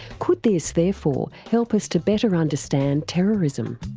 could this therefore help us to better understand terrorism?